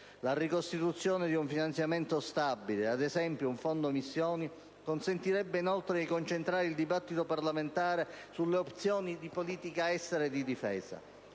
La ricostituzione di un finanziamento stabile, ad esempio un fondo missioni, consentirebbe inoltre di concentrare il dibattito parlamentare sulle opzioni di politica estera e di difesa.